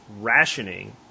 rationing